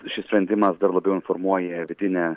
šis sprendimas dar labiau informuoja vidinę